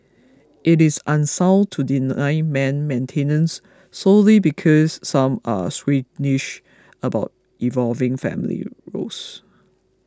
it is unsound to deny men maintenance solely because some are squeamish about evolving family roles